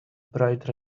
bright